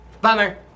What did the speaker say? Bummer